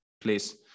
please